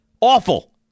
Awful